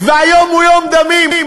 היום הוא יום דמים.